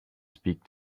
speak